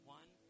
one